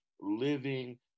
living